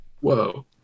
Whoa